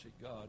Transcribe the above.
God